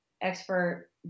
expert